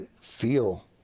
feel